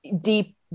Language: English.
deep